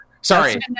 Sorry